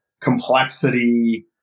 complexity